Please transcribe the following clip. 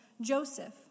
Joseph